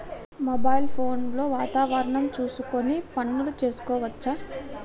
Mobile phone లో వాతావరణం చూసుకొని పనులు చేసుకోవచ్చా?